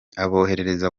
abohereza